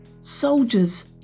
soldiers